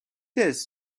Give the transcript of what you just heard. discs